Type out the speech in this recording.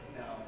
no